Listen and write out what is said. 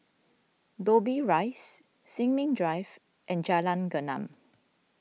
Dobbie Rise Sin Ming Drive and Jalan Gelam